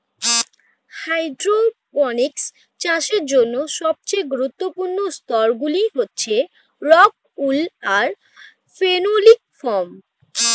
hydroponics চাষের জন্য সবচেয়ে গুরুত্বপূর্ণ স্তরগুলি হচ্ছে রক্ উল আর ফেনোলিক ফোম